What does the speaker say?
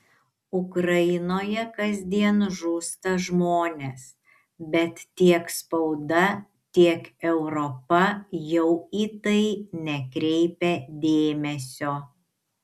ukrainoje kasdien žūsta žmonės bet tiek spauda tiek europa jau į tai nekreipia dėmesio